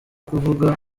kuvuga